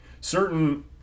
Certain